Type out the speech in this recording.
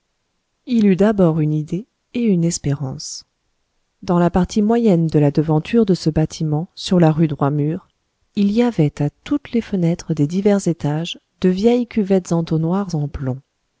il eut d'abord une idée et une espérance dans la partie moyenne de la devanture de ce bâtiment sur la rue droit mur il y avait à toutes les fenêtres des divers étages de vieilles cuvettes entonnoirs en plomb